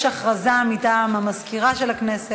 יש הודעה מטעם מזכירת הכנסת.